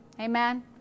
Amen